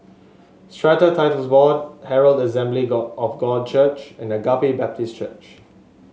Strata Titles Board Herald Assembly God of God Church and Agape Baptist Church